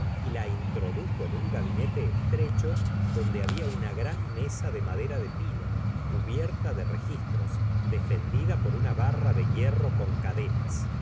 y la introdujo en un gabinete estrecho donde babia una gran mesa de madera de pino cubierta de registros defendida por una barra de hierro con cadenas